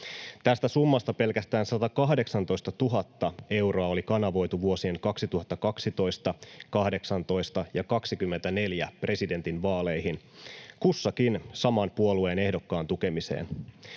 Tästä summasta pelkästään 118 000 euroa oli kanavoitu vuosien 2012, 2018 ja 2024 presidentinvaaleihin, kussakin saman puolueen ehdokkaan tukemiseen.